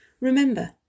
Remember